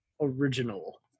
original